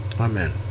Amen